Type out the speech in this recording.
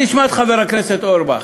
אני אשמע את חבר הכנסת אורבך.